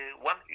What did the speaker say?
one